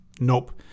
Nope